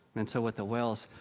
and so, with the whales,